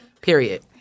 Period